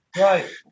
Right